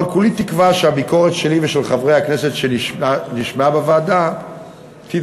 אבל כולי תקווה שהביקורת שלי ושל חברי הכנסת שנשמעה בוועדה תתבדה.